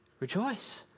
Rejoice